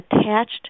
attached